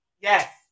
Yes